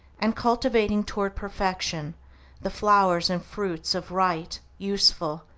and cultivating toward perfection the flowers and fruits of right, useful,